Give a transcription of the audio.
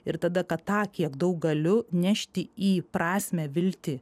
ir tada kad tą kiek daug galiu nešti į prasmę viltį